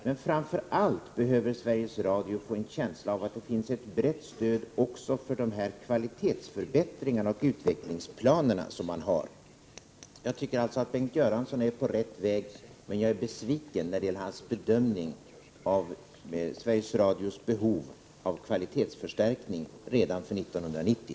Men framför allt behöver Sveriges Radio få en känsla av att det finns ett brett stöd också för kvalitetsförbättringarna och utvecklingsplanerna. Jag tycker alltså att Bengt Göransson är på rätt väg, men jag är besviken på hans bedömning av Sveriges Radios behov av resurser för kvalitetsförstärkning redan för 1990.